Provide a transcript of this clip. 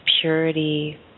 purity